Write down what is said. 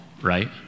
right